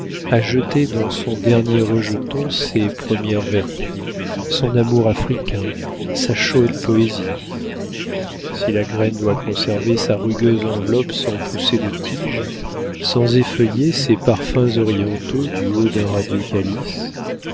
a jeté dans son dernier rejeton ses premières vertus son amour africain sa chaude poésie si la graine doit conserver sa rugueuse enveloppe sans pousser de tige sans effeuiller ses parfums orientaux du haut d'un radieux calice